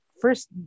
First